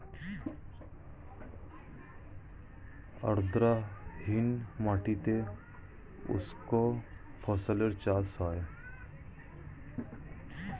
আর্দ্রতাহীন মাটিতে শুষ্ক ফসলের চাষ হয়